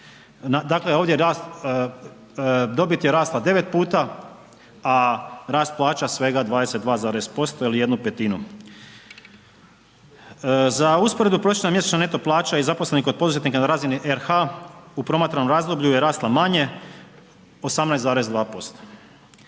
Dakle ovdje rast dobiti je rasla 9 puta a rast plaća svega 22% ili 1/5. Za usporedbu prosječna mjesečna neto plaća i zaposlenih kod poduzetnika na razini RH u promatranom razdoblju je rasla manje 18,2%.